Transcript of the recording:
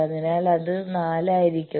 അതിനാൽ അത് 4 ആയിരിക്കും